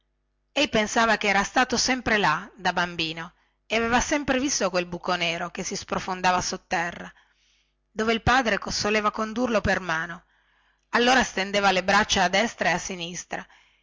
ei narrava che era stato sempre là da bambino e aveva sempre visto quel buco nero che si sprofondava sotterra dove il padre soleva condurlo per mano allora stendeva le braccia a destra e a sinistra